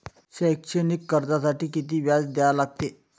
शैक्षणिक कर्जासाठी किती व्याज द्या लागते?